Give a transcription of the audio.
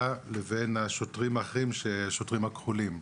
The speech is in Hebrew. לבין שוטרים אחרים שהם השוטרים הכחולים.